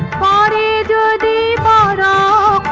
ah da da da da da